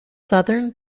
southern